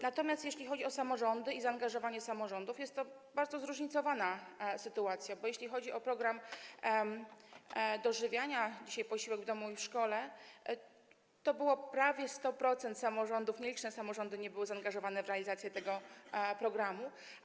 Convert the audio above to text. Natomiast jeśli chodzi o samorządy i zaangażowanie samorządów, to sytuacja jest bardzo zróżnicowana, bo jeśli chodzi o program dożywiania dzisiaj „Posiłek w szkole i w domu”, to było prawie 100% samorządów, nieliczne samorządy nie były zaangażowane w realizację tego programu.